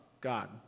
God